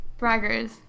Braggers